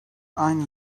aynı